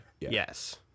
Yes